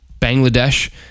Bangladesh